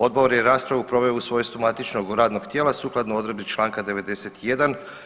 Odbor je raspravu proveo u svojstvu matičnog radnog tijela sukladno odredbi Članka 91.